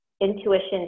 intuition